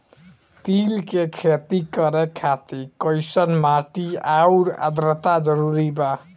तिल के खेती करे खातिर कइसन माटी आउर आद्रता जरूरी बा?